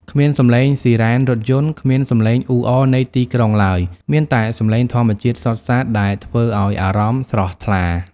គ្មានសំឡេងស៊ីរ៉ែនរថយន្ត គ្មានសំឡេងអ៊ូអរនៃទីក្រុងឡើយ មានតែសំឡេងធម្មជាតិសុទ្ធសាធ ដែលធ្វើឲ្យអារម្មណ៍ស្រស់ថ្លា។